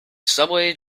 subway